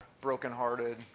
brokenhearted